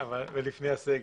ולפני הסגר.